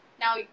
Now